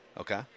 Okay